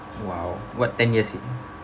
!wow! what ten years